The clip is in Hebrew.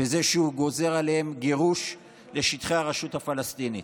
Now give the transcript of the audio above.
בזה שהוא גוזר עליהם גירוש לשטחי הרשות הפלסטינית.